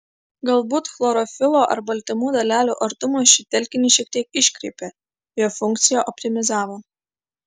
galbūt chlorofilo ar baltymų dalelių artumas šį telkinį šiek tiek iškreipė jo funkciją optimizavo